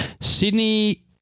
Sydney